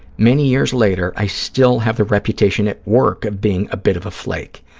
many years later, i still have the reputation at work of being a bit of a flake.